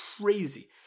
crazy